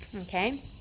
okay